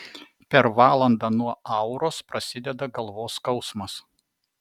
per valandą nuo auros prasideda galvos skausmas